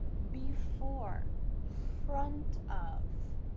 before, front of,